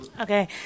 Okay